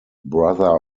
brother